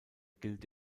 gilt